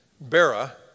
Bera